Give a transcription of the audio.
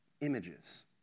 images